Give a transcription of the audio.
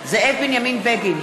זאב בנימין בגין,